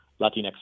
Latinx